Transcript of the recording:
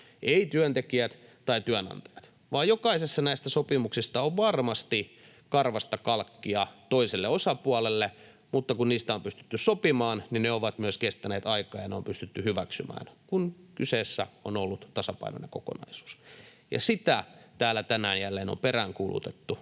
työntekijät eivätkä työnantajat, vaan jokaisessa näistä sopimuksista on varmasti ollut karvasta kalkkia toiselle osapuolelle, mutta kun niistä on pystytty sopimaan, niin ne ovat myös kestäneet aikaa ja ne on pystytty hyväksymään, kun kyseessä on ollut tasapainoinen kokonaisuus. Sitä täällä tänään jälleen on peräänkuulutettu,